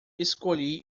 escolhi